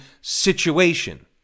situation